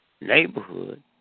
neighborhood